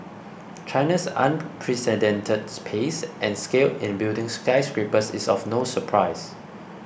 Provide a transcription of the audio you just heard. China's unprecedented pace and scale in building skyscrapers is of no surprise